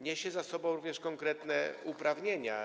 niesie ze sobą również konkretne uprawnienia.